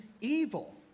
evil